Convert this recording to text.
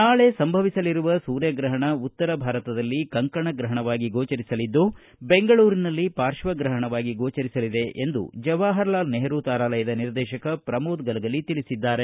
ನಾಳೆ ಸಂಭವಿಸಲಿರುವ ಸೂರ್ಯ ಗ್ರಹಣ ಉತ್ತರ ಭಾರತದಲ್ಲಿ ಕಂಕಣ ಗ್ರಹಣವಾಗಿ ಗೋಚರಿಸಲಿದ್ದು ಬೆಂಗಳೂರಿನಲ್ಲಿ ಪಾರ್ಶ್ವ ಗ್ರಹಣವಾಗಿ ಗೋಚರಿಸಲಿದೆ ಎಂದು ಜವಾಹಾರಲಾಲ್ ನೆಹರೂ ತಾರಾಲಯದ ನಿರ್ದೇಶಕ ಪ್ರಮೋದ ಗಲಗಲಿ ತಿಳಿಸಿದ್ದಾರೆ